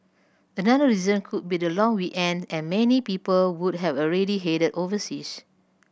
another reason could be the long weekend and many people would have already headed overseas